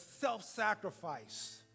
self-sacrifice